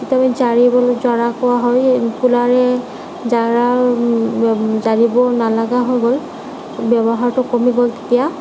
তেতিয়া ঝাৰু জৰা জাৰিবও নলগা হৈ গ'ল ব্য়ৱহাৰটো কমি গ'ল তেতিয়া